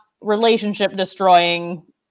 relationship-destroying